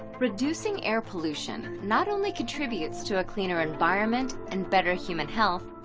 reducing air pollution, not only contributes to a cleaner environment, and better human health,